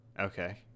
Okay